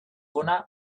hona